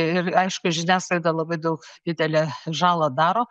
ir aišku žiniasklaida labai daug didelę žalą daro